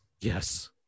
yes